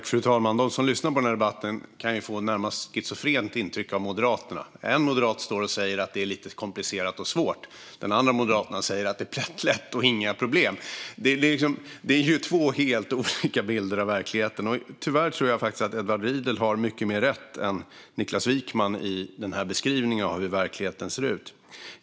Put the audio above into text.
Fru talman! De som lyssnar på denna debatt kan få ett närmast schizofrent intryck av Moderaterna. Den ena moderaten står och säger att det är lite komplicerat och svårt, medan den andra moderaten säger att det är plättlätt och inga problem. Det är ju två helt olika bilder av verkligheten, men tyvärr tror jag att Edward Riedl har mycket mer rätt än Niklas Wykman i beskrivningen av hur verkligheten ser ut.